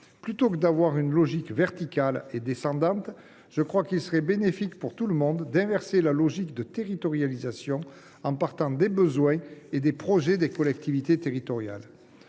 Plutôt que d’avoir une logique verticale et descendante, je crois qu’il serait bénéfique pour tout le monde d’inverser la logique de territorialisation, en partant des besoins et des projets des collectivités territoriales.